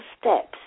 steps